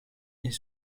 est